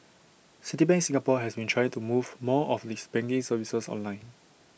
Citibank Singapore has been trying to move more of its banking services online